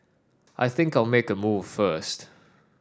I think I'll make a move first